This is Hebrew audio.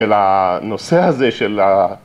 ‫אל הנושא הזה של ה...